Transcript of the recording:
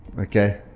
Okay